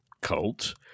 cult